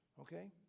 okay